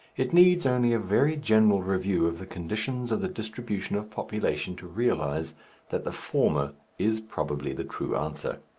it needs only a very general review of the conditions of the distribution of population to realize that the former is probably the true answer.